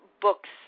books